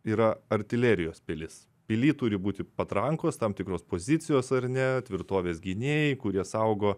yra artilerijos pilis pily turi būti patrankos tam tikros pozicijos ar ne tvirtovės gynėjai kurie saugo